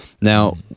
Now